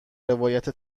روایت